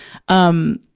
um,